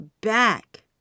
back